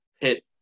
hit